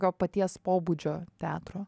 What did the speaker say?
tokio paties pobūdžio teatro